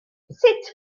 sut